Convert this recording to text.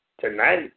tonight